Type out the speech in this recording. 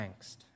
angst